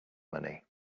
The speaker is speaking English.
money